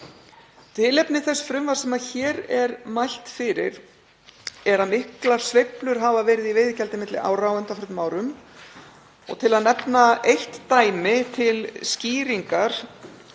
Tilefni þessa frumvarps sem hér er mælt fyrir er að miklar sveiflur hafa verið í veiðigjaldi milli ára á undanförnum árum. Til að nefna eitt dæmi til skýringar